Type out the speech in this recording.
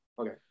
Okay